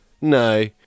No